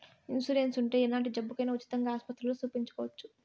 insurance ఉంటే ఎలాంటి జబ్బుకైనా ఉచితంగా ఆస్పత్రుల్లో సూపించుకోవచ్చు